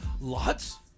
Lots